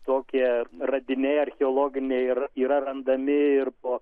tokie radiniai archeologiniai ir yra randami ir po